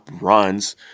runs